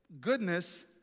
goodness